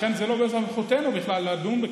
לכן זה לא בסמכותנו בכלל לדון בכך.